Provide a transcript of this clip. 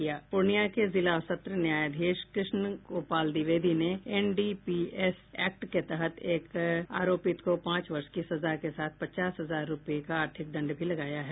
पूर्णियां के जिला और सत्र न्यायाधीश कृष्ण गोपाल द्विवेदी ने एनडीपीएस एक्ट के तहत एक आरोपित को पांच वर्ष की सजा के साथ पचास हजार रूपये का आर्थिक दण्ड भी लगाया है